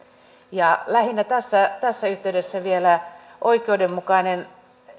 ja lähinnä tässä tässä yhteydessä vielä sen että on oikeudenmukainen